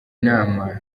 nama